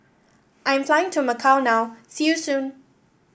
I am flying to Macau now see you soon